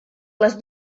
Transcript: les